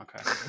okay